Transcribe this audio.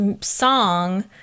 song